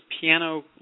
piano